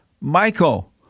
Michael